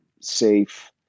safe